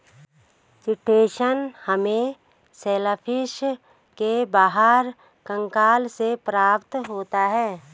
chitosan हमें shellfish के बाहरी कंकाल से प्राप्त होता है